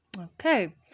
Okay